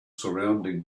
surrounding